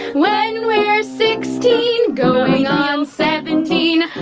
when were sixteen going on seventeen.